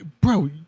Bro